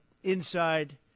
inside